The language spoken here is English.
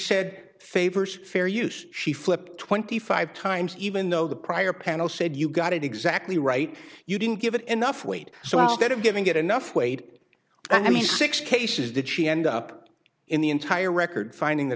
said favors fair use she flipped twenty five times even though the prior panel said you've got it exactly right you didn't give it enough weight so instead of giving it enough weight i mean six cases did she end up in the entire record finding